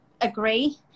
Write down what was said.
agree